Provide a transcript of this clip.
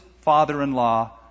father-in-law